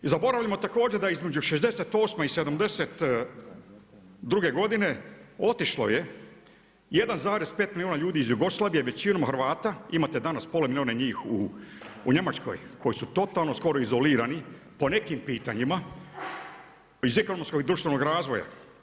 Zaboravljamo također da je između '68. i '72. godine otišlo je 1,5 milijuna ljudi iz Jugoslavije, većinom Hrvata, imate danas pola milijuna njih u Njemačkoj koji su totalno skoro izolirani po nekim pitanjima, iz ekonomskog i društvenog razvoja.